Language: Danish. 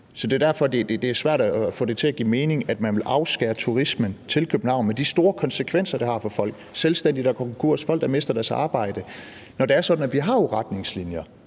det til at give mening, at man vil afskære turismen til København med de store konsekvenser, det har for folk – selvstændige, der går konkurs, folk, der mister deres arbejde. Når det er sådan, at vi har retningslinjer,